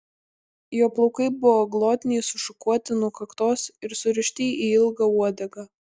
jo plaukai buvo glotniai sušukuoti nuo kaktos ir surišti į ilgą uodegą